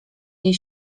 jej